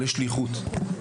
לשליחות,